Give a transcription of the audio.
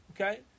Okay